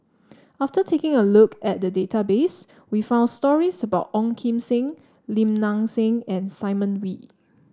after taking a look at the database we found stories about Ong Kim Seng Lim Nang Seng and Simon Wee